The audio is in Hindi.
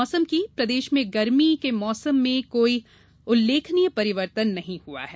मौसम प्रदेश में गर्मी के मौसम में कोई उल्लेखनीय परिवर्तन नहीं हुआ है